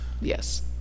Yes